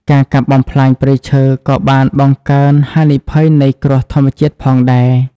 ការកាប់បំផ្លាញព្រៃឈើក៏បានបង្កើន ហានិភ័យនៃគ្រោះធម្មជាតិ ផងដែរ។